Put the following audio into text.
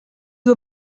you